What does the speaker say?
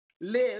Live